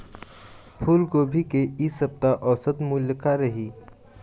फूलगोभी के इ सप्ता औसत मूल्य का रही?